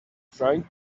frying